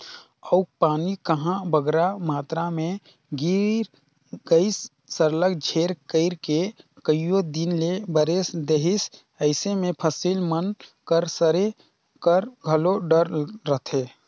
अउ पानी कहांे बगरा मातरा में गिर गइस सरलग झेर कइर के कइयो दिन ले बरेस देहिस अइसे में फसिल मन कर सरे कर घलो डर रहथे